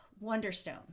Wonderstone